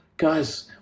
Guys